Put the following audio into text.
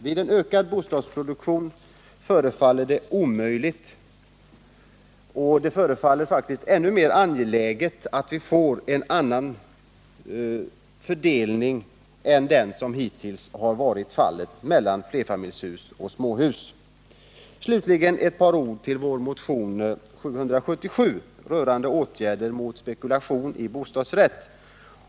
Vid en utökad bostadsproduktion förefaller det om möjligt ännu mera angeläget med en annan och vettigare fördelning mellan flerfamiljshus och småhus än vad de senaste åren uppvisat. Slutligen ett par ord om vår motion nr 777 rörande åtgärder mot spekulation i bostadsrätter.